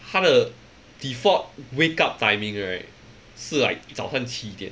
它的 default wake up timing right 是 like 早上七点